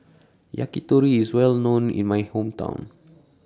Yakitori IS Well known in My Hometown